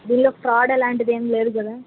దీనిలో ఫ్రాడ్ అలాంటిది ఏం లేదు కదా